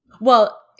Well-